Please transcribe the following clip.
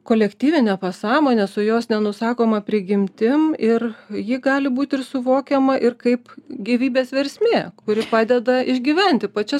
kolektyvine pasąmone su jos nenusakoma prigimtim ir ji gali būt ir suvokiama ir kaip gyvybės versmė kuri padeda išgyventi pačias